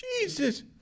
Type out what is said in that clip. Jesus